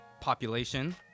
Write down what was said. population